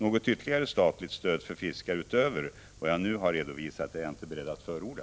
Något ytterligare statligt stöd för fiskare utöver vad jag nu har redovisat är jag inte beredd att förorda.